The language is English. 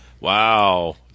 Wow